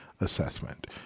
assessment